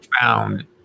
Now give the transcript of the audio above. found